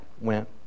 went